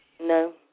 No